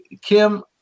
Kim